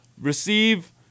receive